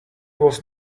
was